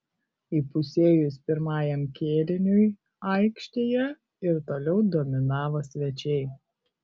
įpusėjus pirmajam kėliniui aikštėje ir toliau dominavo svečiai